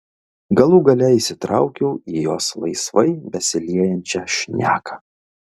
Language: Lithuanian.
galų gale įsitraukiau į jos laisvai besiliejančią šneką